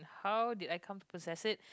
how did I come possess it